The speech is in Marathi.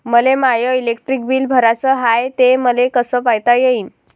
मले माय इलेक्ट्रिक बिल भराचं हाय, ते मले कस पायता येईन?